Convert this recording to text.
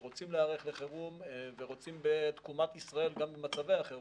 שרוצים להיערך לחירום ורוצים בתקומת ישראל גם במצבי החירום.